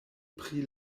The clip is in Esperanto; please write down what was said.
pri